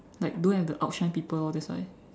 like don't have the outshine people all that's why